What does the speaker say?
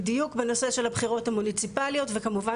בדיוק בנושא של הבחירות המוניציפליות וכמובן